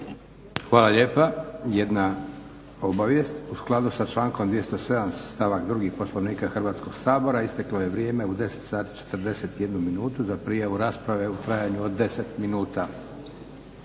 Hvala lijepa. Jedna obavijest, u skladu sa člankom 207. stavak 2. Poslovnika Hrvatskog sabora isteklo je vrijeme u 10.41 za prijavu rasprave u trajanju od 10 minuta.